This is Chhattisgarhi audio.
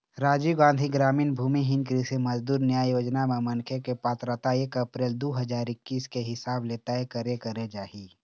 राजीव गांधी गरामीन भूमिहीन कृषि मजदूर न्याय योजना म मनखे के पात्रता एक अपरेल दू हजार एक्कीस के हिसाब ले तय करे करे जाही